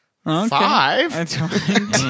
Five